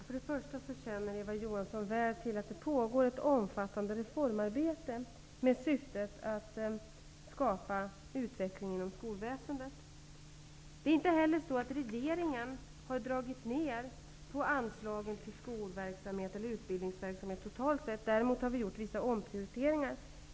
Herr talman! Eva Johansson känner väl till att det pågår ett omfattande reformarbete med syfte att skapa utveckling inom skolväsendet. Regeringen har inte heller dragit ner på anslagen till skolverksamhet eller utbildningsverksamhet totalt sett. Däremot har vi gjort vissa omprioriteringar.